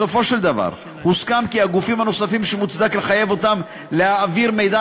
בסופו של דבר הוסכם כי הגופים הנוספים שמוצדק לחייב אותם להעביר מידע